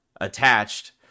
attached